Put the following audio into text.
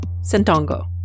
Sentongo